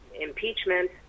impeachment